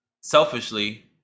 selfishly